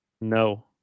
No